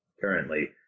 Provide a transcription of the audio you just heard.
currently